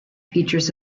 features